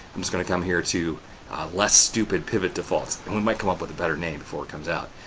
i'm just going to come here to less stupid pivot defaults. and we might come up with a better name before it comes out.